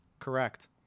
Correct